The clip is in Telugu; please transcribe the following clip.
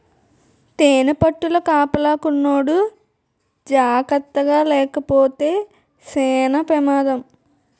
తేనిపట్టుల కాపలాకున్నోడు జాకర్తగాలేపోతే సేన పెమాదం